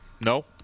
no